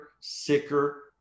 sicker